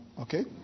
Okay